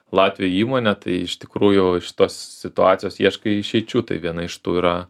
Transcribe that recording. latvijoj įmonę tai iš tikrųjų iš tos situacijos ieškai išeičių tai viena iš tų yra